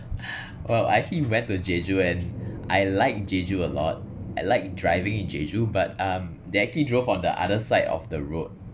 well I actually went to jeju and I like jeju a lot I like driving in jeju but um they actually drove on the other side of the road